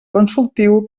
consultiu